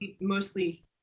mostly